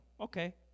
Okay